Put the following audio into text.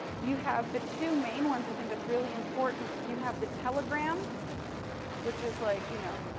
you have the two main ones, i think, that's really important. you have the telegram which is like, you know,